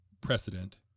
precedent